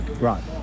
Right